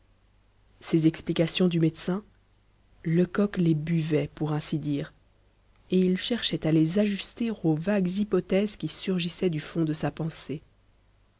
ces explications du médecin lecoq les buvait pour ainsi dire et il cherchait à les ajuster aux vagues hypothèses qui surgissaient du fond de sa pensée